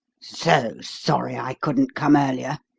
so sorry i couldn't come earlier,